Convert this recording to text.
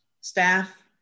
staff